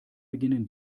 beginnen